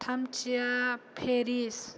थामथिया Paris